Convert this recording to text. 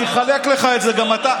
אני אחלק לך גם את זה.